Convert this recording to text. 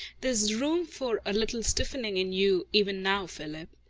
there's room for a little stiffening in you, even now, philip!